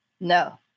No